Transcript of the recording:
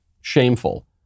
shameful